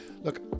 look